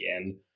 again